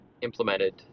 implemented